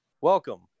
Welcome